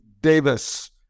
Davis